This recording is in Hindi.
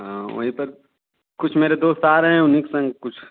हाँ वहीं पर कुछ मेरे दोस्त आ रहे हैं उन्हीं के संग कुछ